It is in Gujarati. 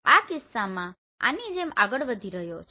આ કિસ્સામાં તે આની જેમ આગળ વધી રહ્યો છે